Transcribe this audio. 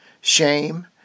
shame